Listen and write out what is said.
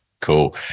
cool